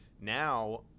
Now